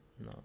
No